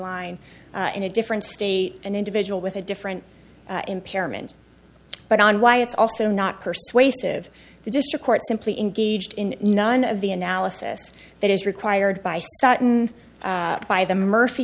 line in a different state and individual with a different impairment but on why it's also not persuasive the district court simply engaged in none of the analysis that is required by sutton by the murphy